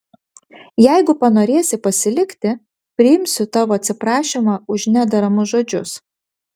jeigu panorėsi pasilikti priimsiu tavo atsiprašymą už nederamus žodžius